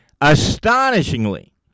Astonishingly